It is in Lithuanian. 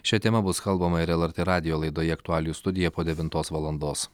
šia tema bus kalbama ir lrt radijo laidoje aktualijų studija po devintos valandos